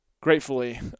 gratefully